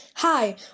Hi